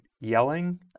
yelling